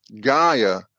Gaia